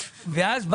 ואז,